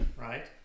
right